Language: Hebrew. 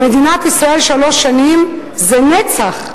במדינת ישראל שלוש שנים זה נצח.